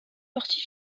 partie